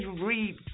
read